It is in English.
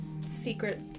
secret